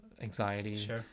anxiety